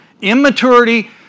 Immaturity